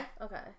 Okay